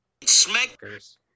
smackers